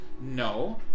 no